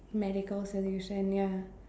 medical solution ya